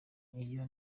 iyo